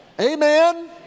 Amen